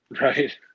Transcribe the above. right